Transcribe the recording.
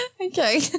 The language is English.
Okay